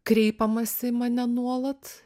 kreipiamasi į mane nuolat